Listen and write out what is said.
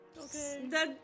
Okay